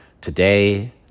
today